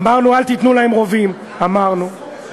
אמרנו: אל תיתנו להם רובים, אמרנו.